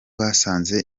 basanze